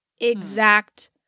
exact